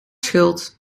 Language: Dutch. schuld